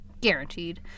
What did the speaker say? guaranteed